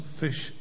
fish